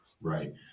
Right